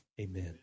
Amen